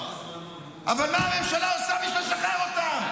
אבל מה הממשלה עושה בשביל לשחרר אותם?